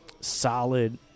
solid